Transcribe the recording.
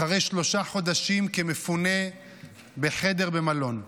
אחרי שלושה חודשים כמפונה בחדר במלון,